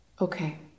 Okay